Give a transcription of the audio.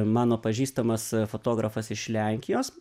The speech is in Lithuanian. mano pažįstamas fotografas iš lenkijos